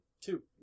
Two